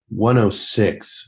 106